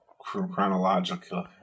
chronological